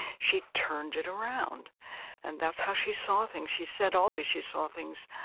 she turned it around and that's how she saw things. she said always she saw things